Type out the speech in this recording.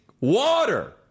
water